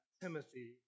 Timothy